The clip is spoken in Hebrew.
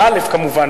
באל"ף כמובן,